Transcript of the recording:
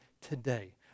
today